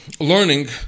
learning